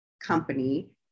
company